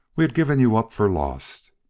we had given you up for lost.